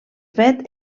fet